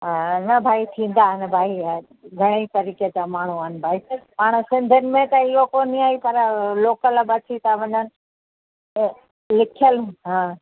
हा न भई थींदा आहिनि भई हा घणेईं तरीक़े जा माण्हू आहिनि भई पाण सिंधियुनि में त इहो कोन्ह आहे पर लोकल बि अची था वञनि त लिखयल हा